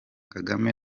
kagame